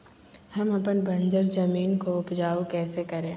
हम अपन बंजर जमीन को उपजाउ कैसे करे?